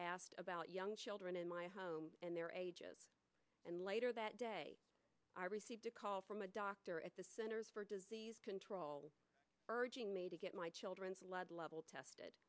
asked about young children in my home and their ages and later that day i received a call from a doctor at the centers for disease control role urging me to get my children's lead level tested